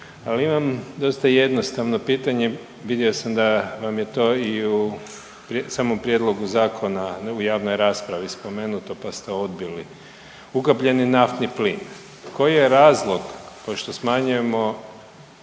Ali imam dosta jednostavno pitanje, vidio sam da vam je to i u samom prijedlogu zakona u javnoj raspravi spomenuto pa ste odbili, ukapljeni naftni plin. Koji je razlog ko što smanjujemo